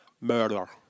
Murder